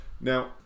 Now